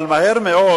אבל מהר מאוד